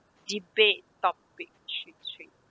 debate topic three three